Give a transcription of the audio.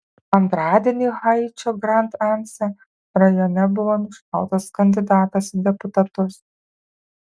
antradienį haičio grand anse rajone buvo nušautas kandidatas į deputatus